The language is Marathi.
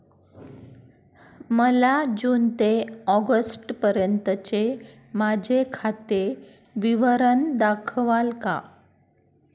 मला जून ते ऑगस्टपर्यंतचे माझे खाते विवरण दाखवाल का?